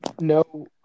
no